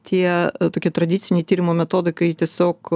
tie tokie tradiciniai tyrimo metodai kai tiesiog